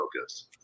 focus